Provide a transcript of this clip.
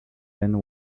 end